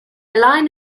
line